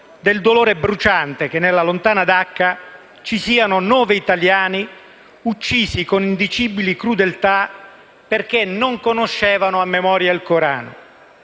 del dolore bruciante che, nella lontana Dacca, ci siano nove italiani uccisi con indicibili crudeltà perché non conoscevano a memoria il Corano.